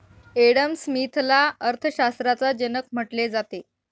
Adam स्मिथला अर्थशास्त्राचा जनक म्हटले जाते